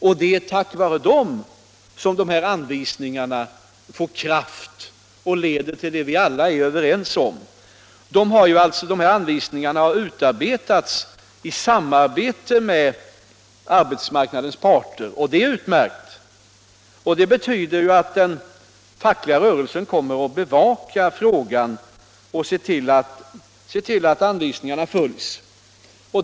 Det är tack vare den som dessa anvisningar får kraft och leder till det mål vi alla är överens om. Anvisningarna har utarbetats i samarbete med arbetsmarknadens parter. Det är utmärkt för det betyder att den fackliga rörelsen kommer att bevaka frågan och se till att anvisningarna följs.